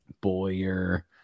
Boyer